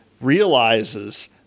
realizes